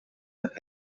that